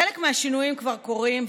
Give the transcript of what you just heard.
חלק מהשינויים כבר קורים,